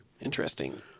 Interesting